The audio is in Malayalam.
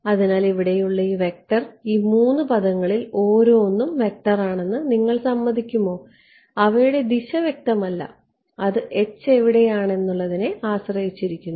അതിനാൽ ഇവിടെയുള്ള ഈ വെക്റ്റർ ഈ 3 പദങ്ങളിൽ ഓരോന്നും ഒരു വെക്റ്റർ ആണെന്ന് നിങ്ങൾ സമ്മതിക്കുമോ അവയുടെ ദിശ വ്യക്തമല്ല അത് H എവിടെയാണ് എന്നതിനെ ആശ്രയിച്ചിരിക്കുന്നു